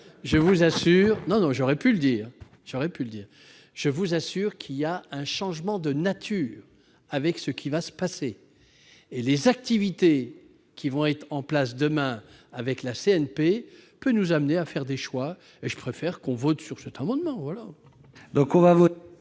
Je vous assure qu'il va y avoir un changement de nature avec ce qui va se passer. Les activités qui seront en place demain avec la CNP peuvent nous amener à faire des choix. Je préfère donc que le Sénat vote sur cet amendement.